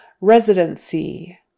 Residency